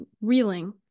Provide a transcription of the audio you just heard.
reeling